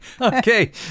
Okay